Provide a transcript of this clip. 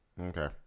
Okay